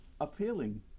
appealing